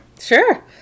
Sure